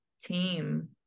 team